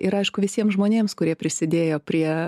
ir aišku visiems žmonėms kurie prisidėjo prie